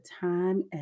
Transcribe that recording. time